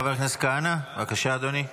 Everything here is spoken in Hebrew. חבר הכנסת כהנא, בבקשה, אדוני.